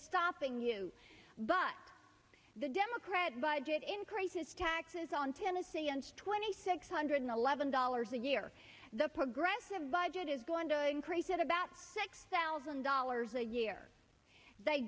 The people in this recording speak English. stopping you but the democrat budget increases taxes on tennesseans twenty six hundred eleven dollars a year the progressive budget is going to increase at about six thousand dollars a year they